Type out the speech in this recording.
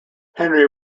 henry